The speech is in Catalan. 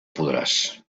podràs